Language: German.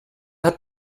hat